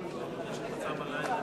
חברי חברי הכנסת,